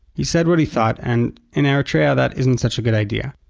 he said what he thought, and in eritrea that isn't such a good idea.